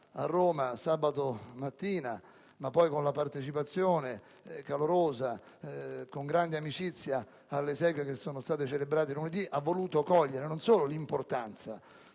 a Roma sabato mattina, ma poi con la partecipazione calorosa e con grande amicizia alle esequie che sono state celebrate lunedì, ha voluto cogliere non solo l'importanza